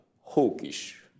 hawkish